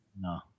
No